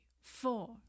four